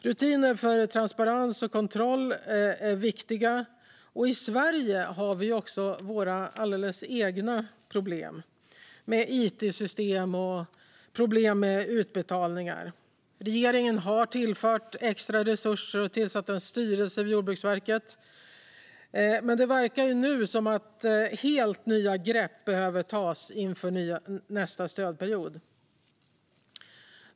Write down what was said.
Rutiner för transparens och kontroll är viktiga, och i Sverige har vi också våra alldeles egna problem med it-system och utbetalningar. Regeringen har tillfört extra resurser och tillsatt en styrelse vid Jordbruksverket, men det verkar nu som att helt nya grepp behöver tas inför nästa stödperiod.